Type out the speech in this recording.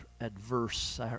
adverse